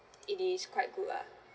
it is quite good lah